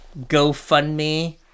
GoFundMe